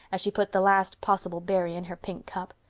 as she put the last possible berry in her pink cup.